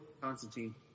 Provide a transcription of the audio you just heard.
Constantine